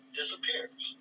disappears